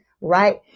Right